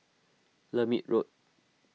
Lermit Road